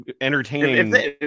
entertaining